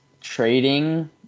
Trading